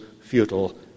futile